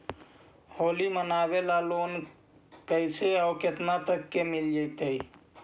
होली मनाबे ल लोन कैसे औ केतना तक के मिल जैतै?